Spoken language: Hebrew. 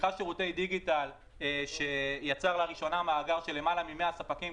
מכרז שירותי דיגיטל שיצר לראשונה מאגר של למעלה ממאה ספקים,